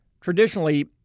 traditionally